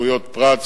זכויות פרט,